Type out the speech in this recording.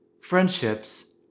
friendships